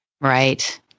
Right